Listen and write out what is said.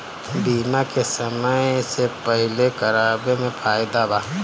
बीमा के समय से पहिले करावे मे फायदा बा